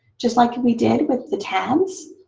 just like we did with the tabs,